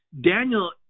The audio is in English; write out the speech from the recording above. Daniel